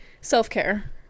Self-care